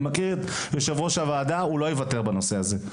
אני מכיר את יו"ר הוועדה, הוא לא יוותר בנושא הזה.